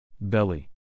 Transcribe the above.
Belly